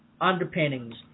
underpinnings